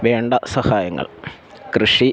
വേണ്ട സഹായങ്ങൾ കൃഷി